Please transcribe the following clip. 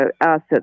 assets